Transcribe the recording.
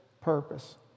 purpose